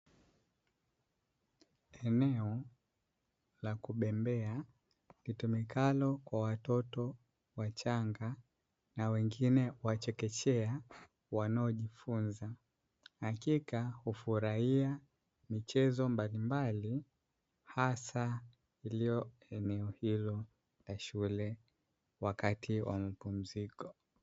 Eneo la kubembea litumikalo kwa watoto wachanga na wengine wa chekechea wanaojifunza, hakika hufurahia michezo mbalimbali hasa iliyo eneo hilo la shule wakati wa mapumziko.